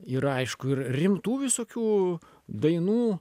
yra aišku ir rimtų visokių dainų